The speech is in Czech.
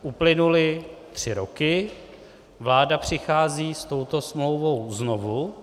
Uplynuly tři roky, vláda přichází s touto smlouvou znovu.